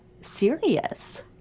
serious